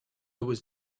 was